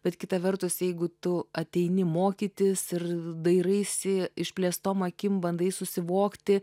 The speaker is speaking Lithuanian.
bet kita vertus jeigu tu ateini mokytis ir dairaisi išplėstom akim bandai susivokti